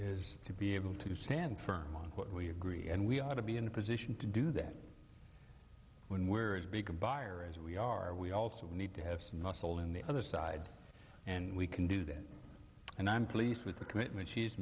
is to be able to stand firm on what we agree and we ought to be in a position to do that when we're as big a buyer as we are we also need to have some muscle in the other side and we can do that and i'm pleased with the commitment she's